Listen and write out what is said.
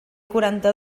quaranta